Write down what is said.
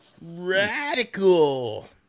Radical